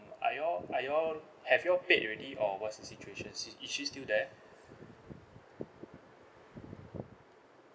are you all are you all have you all paid already or what's the situation she is she still there